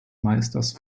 meisters